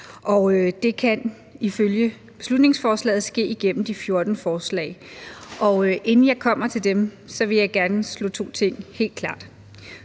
det kan ifølge beslutningsforslaget ske igennem de 14 forslag. Inden jeg kommer til dem, vil jeg gerne slå to ting helt fast.